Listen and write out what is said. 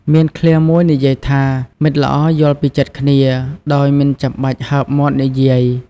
មានឃ្លាមួយនិយាយថា "មិត្តល្អយល់ពីចិត្តគ្នា ដោយមិនចាំបាច់ហើបមាត់និយាយ"